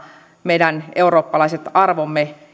meidän eurooppalaiset arvomme